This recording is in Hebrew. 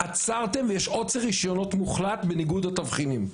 עצרתם, יש עוצר רישיונות מוחלט בניגוד לתבחינים.